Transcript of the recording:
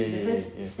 ya ya ya ya